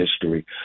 history